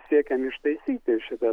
siekiam ištaisyti šitas